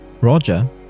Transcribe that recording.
Roger